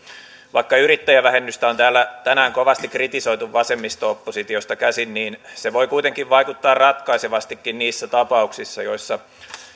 vaikka yrittäjävähennystä on täällä tänään kovasti kritisoitu vasemmisto oppositiosta käsin niin se voi kuitenkin vaikuttaa ratkaisevastikin niissä tapauksissa joissa